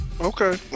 Okay